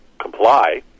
comply